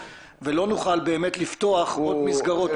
ולא נוכל לפתוח עוד מסגרות,